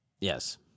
Yes